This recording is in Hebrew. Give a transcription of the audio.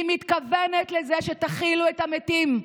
היא מתכוונת לזה שתכילו את המתים,